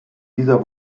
dieser